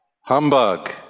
humbug